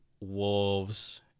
wolves